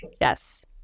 Yes